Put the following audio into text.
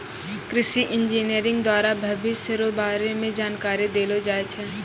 कृषि इंजीनियरिंग द्वारा भविष्य रो बारे मे जानकारी देलो जाय छै